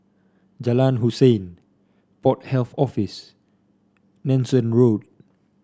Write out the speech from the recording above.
Jalan Hussein Port Health Office Nanson Road